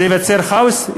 ייווצר כאוס,